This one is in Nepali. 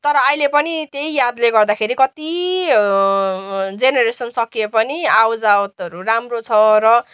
तर अहिले पनि त्यही यादले गर्दाखेरि कति जेनेरेसन सकिए पनि आवतजावतहरू राम्रो छ र